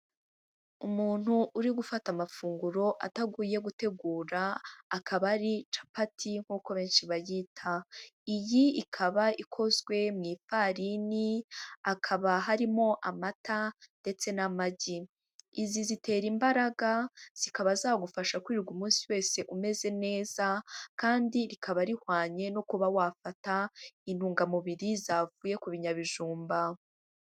Umuntu uri gufata amafunguro atagoye gutegura akaba ari capati nkuko' benshi bayita, iyi ikaba ikozwe mu igarini, hakaba harimo amata ndetse na magi, izi zitera imbaraga zikaba zagufasha kwirwa umunsi wese umeze neza kandi rikaba rihwanye no kuba wafata intungamubiri zavuye ku binyabijumba.